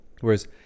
Whereas